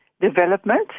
development